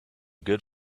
good